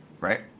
right